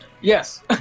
yes